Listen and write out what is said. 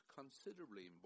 considerably